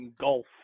Golf